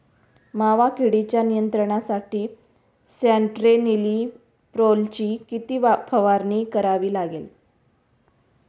मावा किडीच्या नियंत्रणासाठी स्यान्ट्रेनिलीप्रोलची किती फवारणी करावी लागेल?